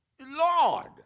Lord